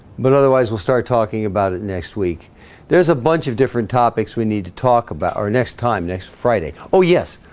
but otherwise we'll start talking about it next week there's a bunch of different topics we need to talk about our next time next friday. oh yes,